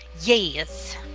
Yes